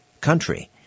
country